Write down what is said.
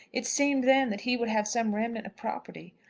it seemed then that he would have some remnant of property.